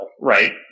right